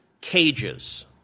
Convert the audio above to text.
cages